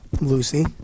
Lucy